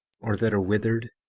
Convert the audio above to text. or that are withered,